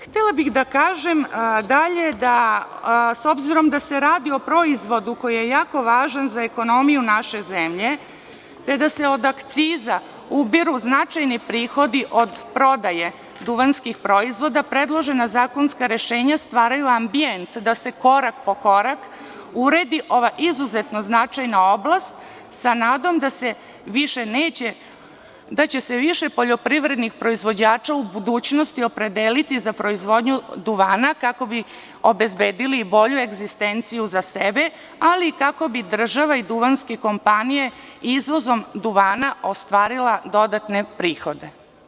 Htela bih da kažem da s obzirom da se radi o proizvodu koji je jako važan za ekonomiju naše zemlje, te da se od akciza ubiru značajni prihodi od prodaje duvanskih proizvoda, predložena zakonska rešenja stvaraju ambijent da se korak, po korak uredi ova izuzetno značajna oblast sa nadom da će se više poljoprivrednih proizvođača u budućnosti opredeliti za proizvodnju duvana kako bi obezbedili bolju egzistenciju za sebe, ali kako bi država i duvanske kompanije izvozom duvana ostvarili dodatne prihode.